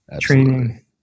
training